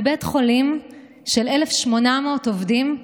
בבית חולים של 1,800 עובדים,